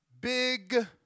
Big